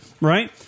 right